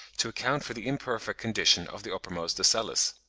to account for the imperfect condition of the uppermost ocellus.